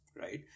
right